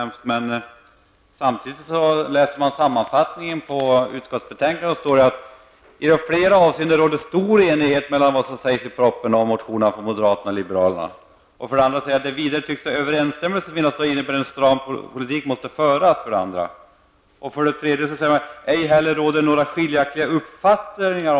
Men i sammanfattningen av utskottsbetänkandet står det för det första ''att det i flera avseenden råder stor enighet mellan vad som sägs i propositionen och vad som uttalas i motionerna från moderata samlingspartiet och folkpartiet liberalerna --''. För det andra står det: ''Vidare tycks överensstämmelse finnas om att detta innebär att en stram finanspolitik måste föras --''. För det tredje står det att det ej heller på vissa andra punkter råder några skiljaktiga uppfattningar.